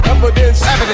Evidence